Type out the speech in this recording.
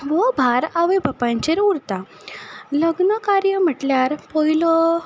हो भार आवय बापायचेर उरता लग्न कार्य म्हणल्यार पयलो